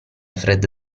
fred